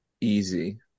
easy